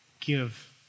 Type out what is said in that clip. give